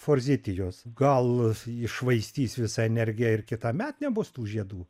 forzitijos gal iššvaistys visą energiją ir kitąmet nebus tų žiedų